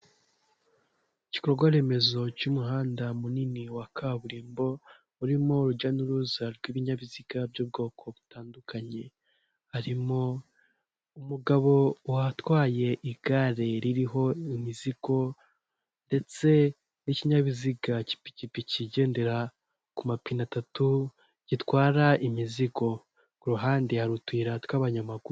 Igikorwa remezo cy'umuhanda munini wa kaburimbo urimo urujya n'uruza rw'ibinyabiziga by'ubwoko butandukanye, harimo umugabo watwaye igare ririho imizigo ndetse n'ikinyabiziga cy'ipikipiki kigendera ku mapine atatu gitwara imizigo, ku ruhande hari utuyira tw'abanyamaguru.